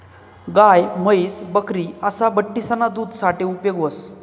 गाय, म्हैस, बकरी असा बठ्ठीसना दूध साठे उपेग व्हस